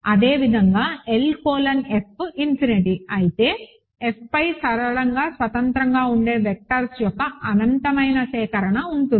అదే విధంగా L colon F infinity అయితే F పై సరళంగా స్వతంత్రంగా ఉండే వెక్టర్స్ యొక్క అనంతమైన సేకరణ ఉంటుంది